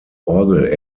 orgel